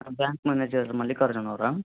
bank manager Mallikarjun ಅವರಾ